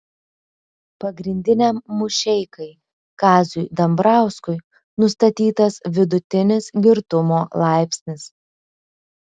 pagrindiniam mušeikai kaziui dambrauskui nustatytas vidutinis girtumo laipsnis